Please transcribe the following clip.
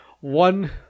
one